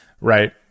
right